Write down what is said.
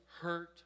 hurt